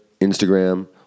Instagram